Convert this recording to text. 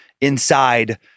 inside